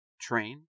train